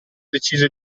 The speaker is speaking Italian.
decise